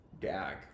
Gag